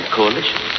coalition